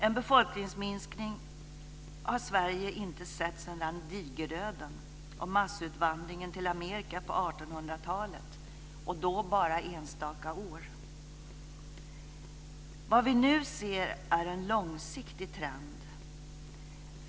En befolkningsminskning har Sverige inte sett sedan digerdöden och massutvandringen till Amerika på 1800-talet - och då bara enstaka år. Vad vi nu ser är en långsiktig trend.